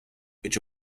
which